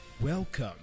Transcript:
welcome